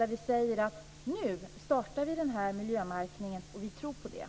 Vi kan säga att vi startar denna miljömärkning nu och att vi tror på den.